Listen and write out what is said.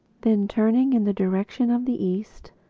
then turning in the direction of the east,